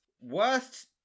worst